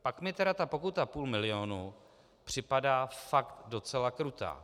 Pak mi tedy ta pokuta půl milionu připadá fakt docela krutá.